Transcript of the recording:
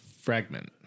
fragment